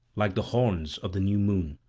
like the horns of the new moon.